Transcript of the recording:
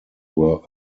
were